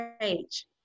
page